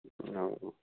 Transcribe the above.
हँ